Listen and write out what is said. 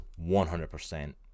100%